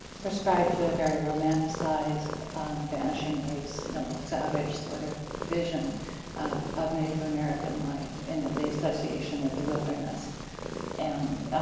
prescribe to a very romanticized vanishing race, noble savage sort of vision of of native american life and the association with the wilderness and